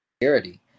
security